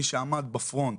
מי שעמד בפרונט